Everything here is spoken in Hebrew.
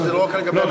שזה לא רק לגבי הנגיד.